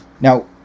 Now